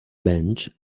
bench